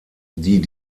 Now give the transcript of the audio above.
die